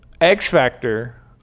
X-Factor